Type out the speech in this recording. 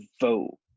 vote